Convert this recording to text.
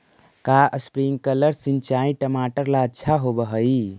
का स्प्रिंकलर सिंचाई टमाटर ला अच्छा होव हई?